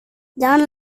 jangan